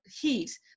heat